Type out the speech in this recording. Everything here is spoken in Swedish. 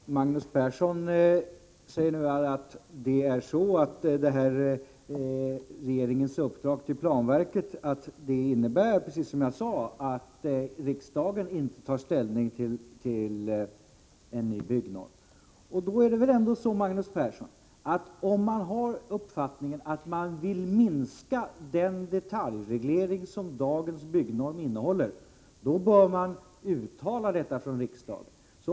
Herr talman! Magnus Persson säger nu att regeringens uppdrag till planverket — precis som jag hävdade — innebär att riksdagen inte tar ställning till en ny byggnorm. Därför bör riksdagen, om riksdagen vill minska den detaljreglering som dagens byggnorm innehåller, också uttala detta.